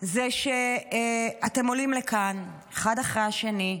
זה שאתם עולים לכאן אחד אחרי השני,